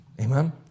Amen